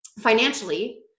financially